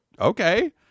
okay